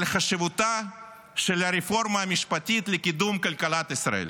על חשיבותה של הרפורמה המשפטית לקידום כלכלת ישראל,